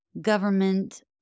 government